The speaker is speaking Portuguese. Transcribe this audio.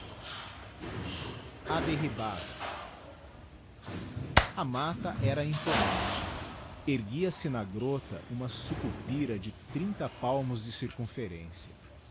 a derribada a matta era imponente erguia-se na grota uma sucupira de trinta palmos de circumferencia